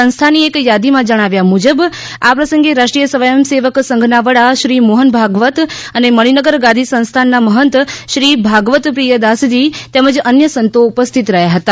સંસ્થાની એક યાદી માં જણાવાયા મુજબ આ પ્રસંગે રાષ્ટ્રીય સ્વયંસેવક સંઘના વડા શ્રી મોહન ભાગવત અને મણિનગર ગાદી સંસ્થાનના મહંત શ્રી ભાગવત પ્રિય દાસજી તેમજ અન્ય સંતો ઉપસ્થિત હતા